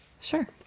Sure